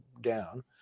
down